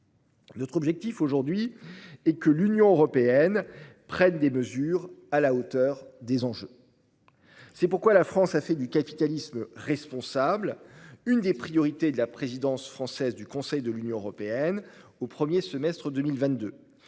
Notre objectif aujourd'hui est que l'Union européenne prenne des mesures à la hauteur des enjeux. C'est pourquoi la France a fait du capitalisme responsable une des priorités de la présidence française du Conseil de l'Union européenne au premier semestre 2022.